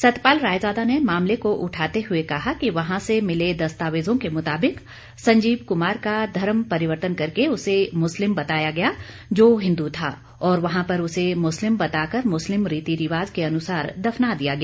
सतपाल रायजादा ने मामले को उठाते हुए कहा कि वहां से मिले दस्तावेजों के मुताबिक संजीव कुमार का धर्मपरिवर्तन करके उसे मुस्लिम बताया गया जो हिंदू था और वहां पर उसे मुस्लिम बता कर मुस्लिम रीति रिवाज के अनुसार दफना दिया गया